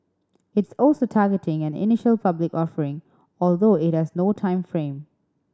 it's also targeting an initial public offering although it has no time frame